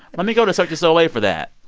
let me go to cirque du soleil for that.